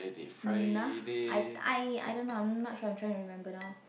um nah I I I don't know I'm not sure I'm trying to remember now